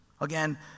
again